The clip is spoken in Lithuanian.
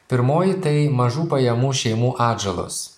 pirmoji tai mažų pajamų šeimų atžalos